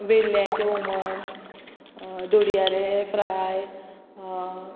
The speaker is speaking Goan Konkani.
वेल्ल्यांचें हुमण धोडयारे फ्राय